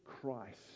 Christ